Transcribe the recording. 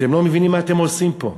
אתם לא מבינים מה אתם עושים פה.